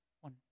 one